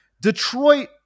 Detroit